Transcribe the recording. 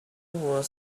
were